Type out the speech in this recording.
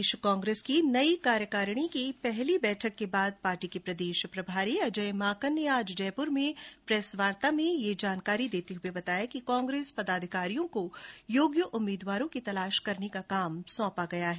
प्रदेश कांग्रेस की नई कार्यकारिणी की पहली बैठक के बाद पार्टी के प्रदेश प्रभारी अजय माकन ने आज जयप्र में एक प्रेस वार्ता में यह जानकारी देते हुये बताया कि कांग्रेस पदाधिकारियों को योग्य उम्मीदवार की तलाश करने का काम सौंपा गया है